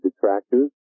detractors